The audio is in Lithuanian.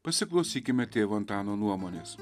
pasiklausykime tėvo antano nuomonės